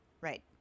Right